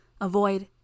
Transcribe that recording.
avoid